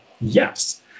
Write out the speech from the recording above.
yes